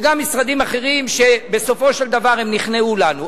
וגם משרדים אחרים, שבסופו של דבר הם נכנעו לנו.